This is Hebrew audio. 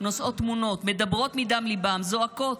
שבע חזיתות.